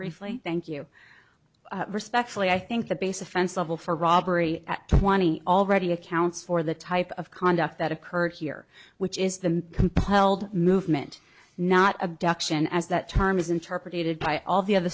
briefly thank you respectfully i think the base offense level for robbery at twenty already accounts for the type of conduct that occurred here which is the compelled movement not abduction as that term is interpreted by all the other